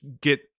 get